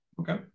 okay